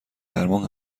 درمان